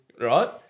right